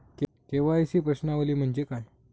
KYC प्रश्नावली म्हणजे काय?